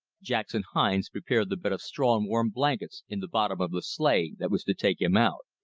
jackson hines prepared the bed of straw and warm blankets in the bottom of the sleigh that was to take him out.